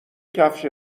کفشت